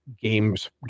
games